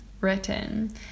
written